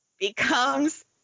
becomes